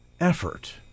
effort